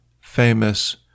famous